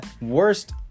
Worst